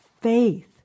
faith